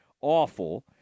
awful